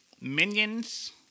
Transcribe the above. Minions